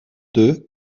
deux